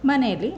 ಮನೇಲಿ